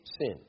sin